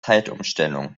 zeitumstellung